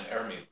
army